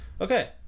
Okay